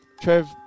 Trev